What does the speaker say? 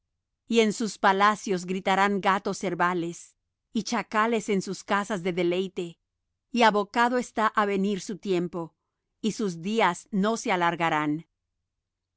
y en sus palacios gritarán gatos cervales y chacales en sus casas de deleite y abocado está á venir su tiempo y sus días no se alargarán